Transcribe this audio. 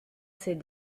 ses